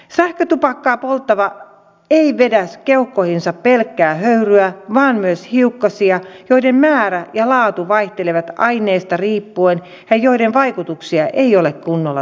sähkötupakkaa polttava ei vedä keuhkoihinsa pelkkää höyryä vaan myös hiukkasia joiden määrä ja laatu vaihtelevat aineesta riippuen ja joiden vaikutuksia ei ole kunnolla tutkittu